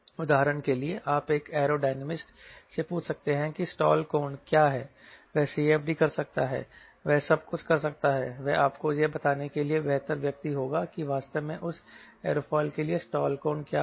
उदाहरण के लिए आप एक एयरो डायनामिस्ट से पूछ सकते हैं कि स्टाल कोण क्या है वह CFD कर सकता है वह सब कुछ कर सकता है वह आपको यह बताने के लिए बेहतर व्यक्ति होगा कि वास्तव में उस एयरोफिल के लिए स्टाल कोण क्या है